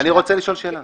אני רוצה לשאול שאלה.